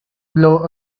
blow